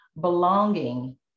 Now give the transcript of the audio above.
belonging